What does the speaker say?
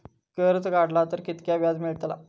कर्ज काडला तर कीतक्या व्याज मेळतला?